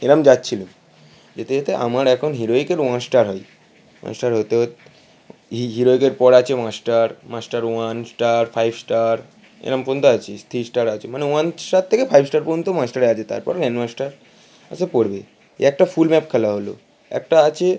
এরম যাচ্ছিলো যেতে যেতে আমার একন হিরোয়িকের ওয়ান স্টার হই ওয়ান স্টার হতে হতে হিরোইকের পরে আচে master master one star five star এরম পোযন্ত আচে থ্রি স্টার মানে ওয়ান স্টার থেকে ফাইব স্টার পযন্ত মাস্টারে আচে তারপর ম্য্যানুস্টার এই সব পড়বে এই একটা ফুল ম্যাপ খেলা হলো একটা আচে